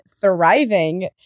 thriving